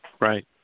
Right